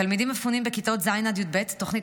תלמידים מפונים בכיתות ז' עד י"ב תוכנית